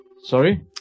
sorry